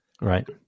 right